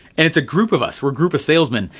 and it's a group of us were group of salesman,